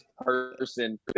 person